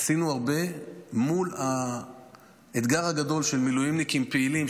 עשינו הרבה מול האתגר הגדול של מילואימניקים פעילים,